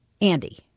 andy